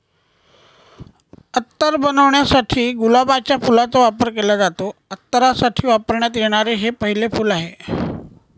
अत्तर बनवण्यासाठी गुलाबाच्या फुलाचा वापर केला जातो, अत्तरासाठी वापरण्यात येणारे हे पहिले फूल आहे